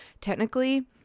technically